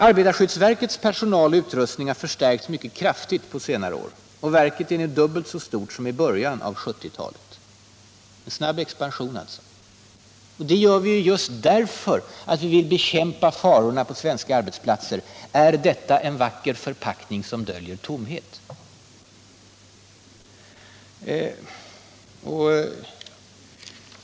Arbetarskyddsverkets personal och utrustning har förstärkts mycket kraftigt under senare år. Verket är nu dubbelt så stort som i början av 1970-talet — en snabb expansion alltså. Det gör vi just därför att vi vill bekämpa farorna på svenska arbetsplatser. Är det ”en vacker förpackning som döljer tomhet”?